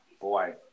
boy